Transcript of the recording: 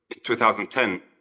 2010